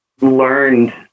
learned